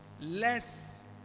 Less